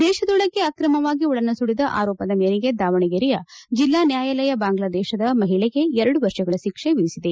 ದೇಶದೊಳಕ್ಕೆ ಅಕ್ತಮವಾಗಿ ಒಳನುಸುಳದ ಆರೋಪದ ಮೇರೆಗೆ ದಾವಣಗೆರೆಯ ಜಿಲ್ವಾ ನ್ಯಾಯಾಲಯ ಬಾಂಗ್ವಾದೇಶದ ಮಹಿಳೆಗೆ ಎರಡು ವರ್ಷಗಳ ಶಿಕ್ಷೆ ವಿಧಿಸಿದೆ